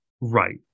Right